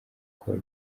kuba